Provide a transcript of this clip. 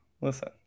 Listen